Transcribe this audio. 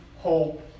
hope